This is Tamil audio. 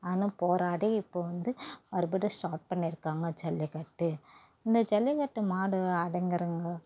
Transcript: ஆன்னு போராடி இப்போ வந்து மறுபடி ஸ்டார்ட் பண்ணியிருக்காங்க ஜல்லிக்கட்டு இந்த ஜல்லிக்கட்டு மாடு அடங்குகிறாங்க